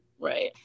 Right